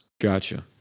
Gotcha